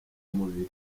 mubiri